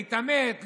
להתעמת,